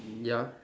ya